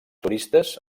turistes